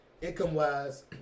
Income-wise